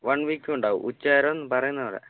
one വീക്കും ഉണ്ടാവും ഉച്ചനേരം പറയുന്നതു പോലെ